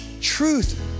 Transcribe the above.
truth